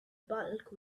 bulk